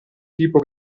tipo